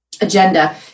agenda